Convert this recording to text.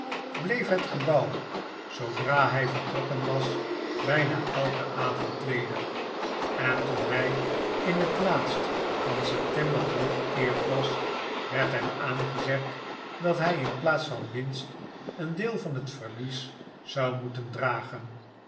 bleef het gebouw zoodra hij vertrokken was bijna elken avond ledig en toen hij in het laatst van september teruggekeerd was werd hem aangezegd dat hij in plaats van winst een deel van het verlies zou moeten dragen